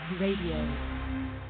Radio